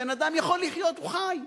בן-אדם יכול לחיות, הוא חי.